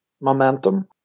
momentum